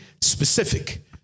specific